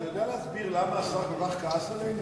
אתה יודע להסביר למה השר כל כך כעס עלינו?